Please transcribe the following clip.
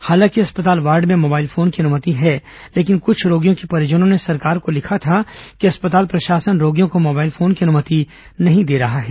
हालांकि अस्पताल वार्ड में मोबाइल फोन की अनुमति है लेकिन कुछ रोगियों के परिजनों ने सरकार को लिखा था कि अस्पताल प्रशासन रोगियों को मोबाइल फोन की अनुमति नहीं दे रहा है